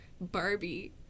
Barbie